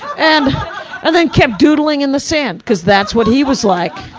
and ah then kept doodling in the sand, cause that's what he was like.